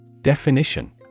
Definition